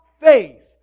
faith